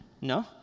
No